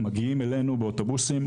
מגיעים אלינו באוטובוסים,